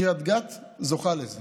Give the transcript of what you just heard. קריית גת זוכה לזה